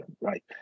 right